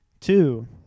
two